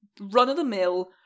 run-of-the-mill